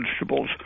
vegetables